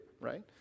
right